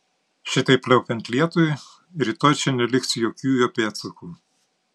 šitaip pliaupiant lietui rytoj čia neliks jokių jo pėdsakų